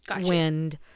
wind